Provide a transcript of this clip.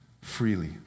freely